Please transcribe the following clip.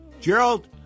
Gerald